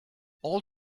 all